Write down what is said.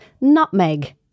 nutmeg